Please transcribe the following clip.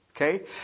Okay